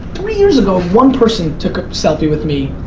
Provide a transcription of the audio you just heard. three years ago, one person took a selfie with me,